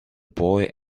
boy